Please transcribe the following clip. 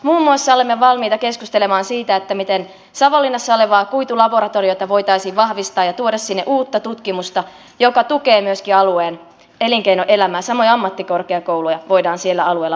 muun muassa olemme valmiita keskustelemaan siitä miten savonlinnassa olevaa kuitulaboratoriota voitaisiin vahvistaa ja tuoda sinne uutta tutkimusta joka tukee myöskin alueen elinkeinoelämää samoin ammattikorkeakouluja voidaan siellä alueella vahvistaa